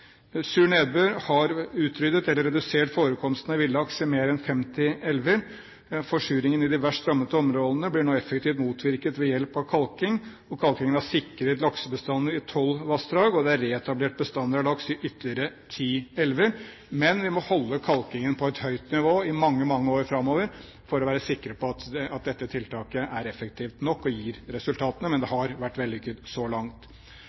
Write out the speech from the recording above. Sur nedbør har utryddet eller redusert forekomsten av villaks i mer enn 50 elver, men forsuringen i de verst rammede områdene blir nå effektivt motvirket ved hjelp av kalking. Kalkingen har sikret laksebestanden i tolv vassdrag, og det er reetablert bestander av laks i ytterligere ti elver. Vi må holde kalkingen på et høyt nivå i mange, mange år framover for å være sikre på at dette tiltaket er effektivt nok og gir resultater, men det har vært vellykket så langt.